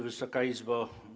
Wysoka Izbo!